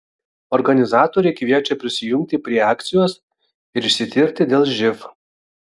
organizatoriai kviečia prisijungti prie akcijos ir išsitirti dėl živ